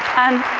and